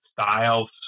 styles